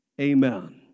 Amen